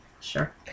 Sure